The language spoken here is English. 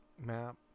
Map